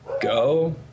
Go